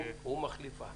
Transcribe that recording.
הוא מחליפה.